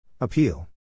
Appeal